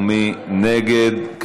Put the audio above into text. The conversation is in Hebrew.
מי נגד?